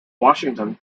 washington